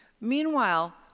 Meanwhile